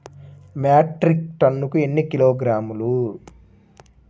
Metric టన్నుకు ఎన్ని కిలోగ్రాములు?